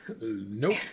nope